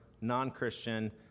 non-Christian